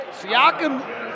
Siakam